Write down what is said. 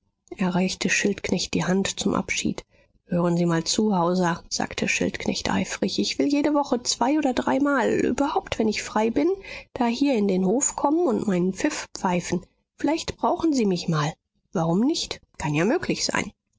reichte schildknecht die hand zum abschied hören sie mal zu hauser sagte schildknecht eifrig ich will jede woche zwei oder dreimal überhaupt wenn ich frei bin dahier in den hof kommen und meinen pfiff pfeifen vielleicht brauchen sie mich mal warum nicht kann ja möglich sein